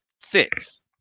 six